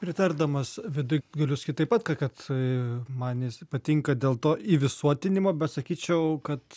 pritardamas viduigaliu sakyt taip pat kad man jis patinka dėl to įvisuotinimo bet sakyčiau kad